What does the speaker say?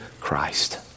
Christ